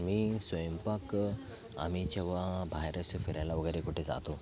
मी स्वयंपाक आम्ही जेव्हा बाहेर असे फिरायला वगैरे कुठे जातो